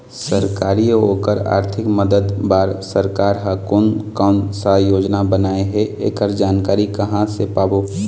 सरकारी अउ ओकर आरथिक मदद बार सरकार हा कोन कौन सा योजना बनाए हे ऐकर जानकारी कहां से पाबो?